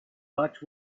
but